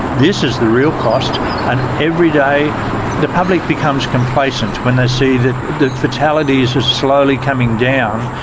this is the real cost and every day the public becomes complacent when they see that the fatalities are slowly coming down.